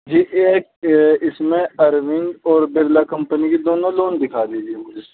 جی ایک اس میں ارون اور برلا کمپنی کی دونوں لون دکھا دیجیے مجھے